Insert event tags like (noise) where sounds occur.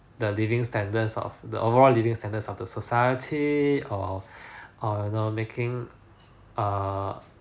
the living standards of the overall living standards of the society or (breath) or you know no making err